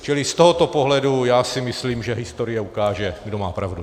Čili z tohoto pohledu si myslím, že historie ukáže, kdo má pravdu.